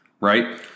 right